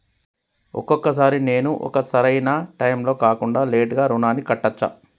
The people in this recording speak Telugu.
ఒక్కొక సారి నేను ఒక సరైనా టైంలో కాకుండా లేటుగా రుణాన్ని కట్టచ్చా?